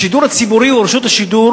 השידור הציבורי הוא רשות השידור,